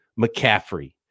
mccaffrey